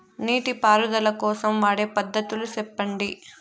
నీటి పారుదల కోసం వాడే పద్ధతులు సెప్పండి?